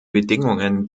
bedingungen